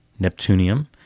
neptunium